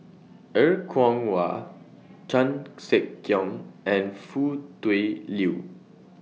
Er Kwong Wah Chan Sek Keong and Foo Tui Liew